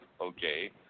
Okay